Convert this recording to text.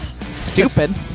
Stupid